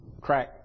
crack